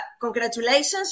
congratulations